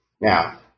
Now